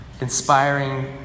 inspiring